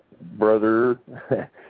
brother